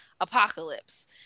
Apocalypse